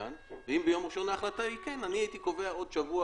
ואם ביום ראשון ההחלטה היא כן הייתי קובע עוד שבוע,